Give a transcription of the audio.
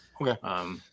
Okay